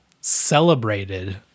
celebrated